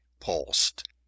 pulsed